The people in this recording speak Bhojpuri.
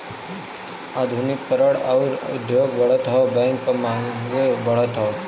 आधुनिकी करण आउर उद्योग बढ़त हौ बैंक क मांगो बढ़त हौ